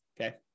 Okay